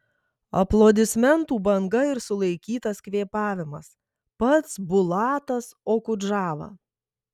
aplodismentų banga ir sulaikytas kvėpavimas pats bulatas okudžava